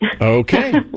Okay